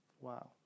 wow